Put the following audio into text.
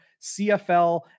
CFL